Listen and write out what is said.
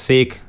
Sick